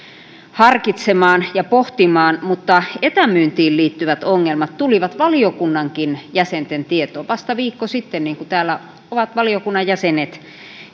harkitsemaan ja pohtimaan mutta etämyyntiin liittyvät ongelmat tulivat valiokunnankin jäsenten tietoon vasta viikko sitten niin kuin täällä ovat valiokunnan jäsenet